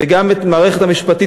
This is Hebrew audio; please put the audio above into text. וגם את המערכת המשפטית,